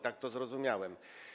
Tak to zrozumiałem.